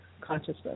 consciousness